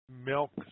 milk